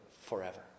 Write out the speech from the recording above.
forever